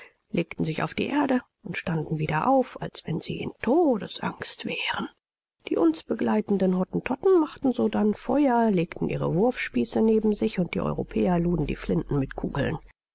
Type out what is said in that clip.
legten sich auf die erde und standen wieder auf als wenn sie in todesangst wären die uns begleitenden hottentotten machten sodann feuer legten ihre wurfspieße neben sich und die europäer luden die flinten mit kugeln